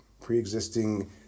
pre-existing